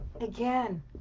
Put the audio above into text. again